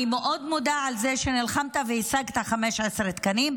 אני מאוד מודה על זה שנלחמת והשגת 15 תקנים.